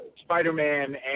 Spider-Man